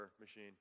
machine